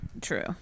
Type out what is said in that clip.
true